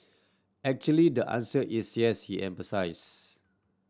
actually the answer is yes he emphasised